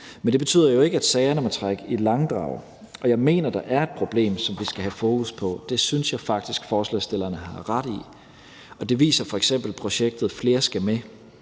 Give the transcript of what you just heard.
Men det betyder jo ikke, at sagerne må trække i langdrag, og jeg mener, at der er et problem, som vi skal have fokus på. Det synes jeg faktisk forslagsstillerne har ret i, og det viser f.eks. projektet »Flere skal med«.